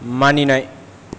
मानिनाय